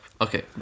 Okay